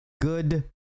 Good